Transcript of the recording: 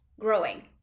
growing